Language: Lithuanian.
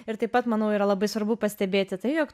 ir taip pat manau yra labai svarbu pastebėti tai jog